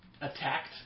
attacked